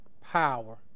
power